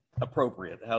appropriate